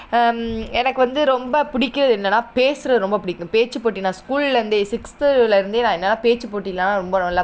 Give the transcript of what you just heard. எனக்கு வந்து ரொம்ப பிடிக்கிறது என்னென்னா பேசுவது ரொம்ப பிடிக்கும் பேச்சுப்போட்டி நான் ஸ்கூல்லேருந்தே சிக்ஸ்த்துலேருந்தே நான் என்னென்னா பேச்சுப்போட்டில்லாம் ரொம்ப நல்லா